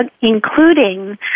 including